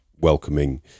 welcoming